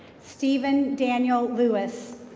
steven daniel lewis.